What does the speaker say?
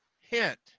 hint